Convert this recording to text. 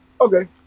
Okay